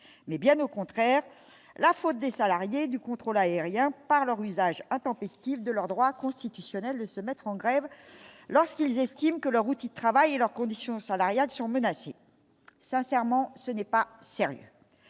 mais bien au contraire, la faute des salariés du contrôle aérien par leur usage intempestif de leur droit constitutionnel de se mettre en grève lorsqu'ils estiment que leur outil de travail et leurs conditions salariales sont menacés, sincèrement, ce n'est pas sérieux